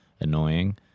annoying